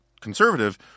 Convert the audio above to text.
conservative